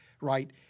right